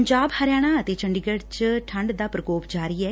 ਪੰਜਾਬ ਹਰਿਆਣਾ ਅਤੇ ਚੰਡੀਗੜ੍ ਚ ਠੰਡ ਦਾ ਪ੍ਰਕੋਮ ਜਾਰੀ ਐ